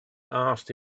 asked